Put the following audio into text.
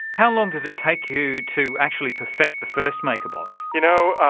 how long did it take you to actually perfect the first makerbot? you know,